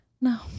No